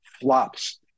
flops